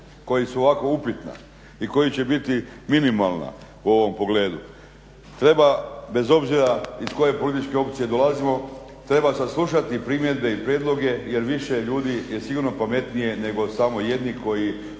koja su i ovako upitana i koja će biti minimalna u ovom pogledu. Treba bez obzira iz koje političke opcije dolazimo, treba saslušati primjedbe i prijedloge jer više ljudi je sigurno pametnije nego samo jedni koji misle